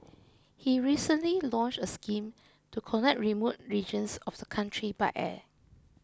he recently launched a scheme to connect remote regions of the country by air